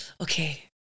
okay